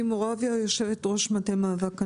אני יושבת ראש מטה מאבק הנכה.